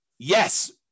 Yes